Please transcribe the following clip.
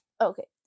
Okay